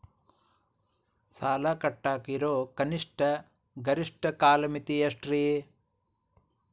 ಸಾಲ ಕಟ್ಟಾಕ ಇರೋ ಕನಿಷ್ಟ, ಗರಿಷ್ಠ ಕಾಲಮಿತಿ ಎಷ್ಟ್ರಿ?